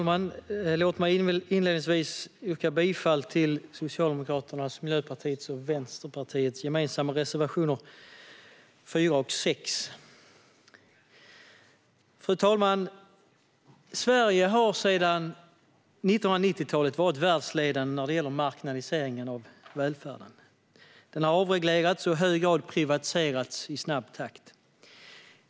Miljöpartiets och Vänsterpartiets gemensamma reservationer 4 och 6. Sverige har sedan 1990-talet varit världsledande när det gäller marknadiseringen av välfärden. Den har avreglerats och i hög grad privatiserats i snabb takt.